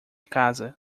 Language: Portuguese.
casa